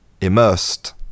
immersed